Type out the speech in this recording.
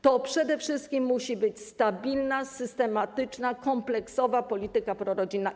To przede wszystkim musi być stabilna, systematyczna, kompleksowa polityka prorodzinna.